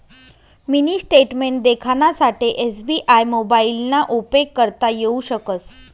mini statement देखानासाठे SBI मोबाइलना उपेग करता येऊ शकस